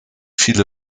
viele